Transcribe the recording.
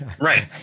right